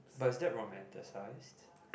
but is that romantacised